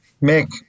make